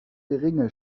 geringe